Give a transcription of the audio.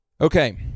Okay